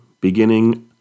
beginning